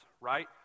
right